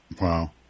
Wow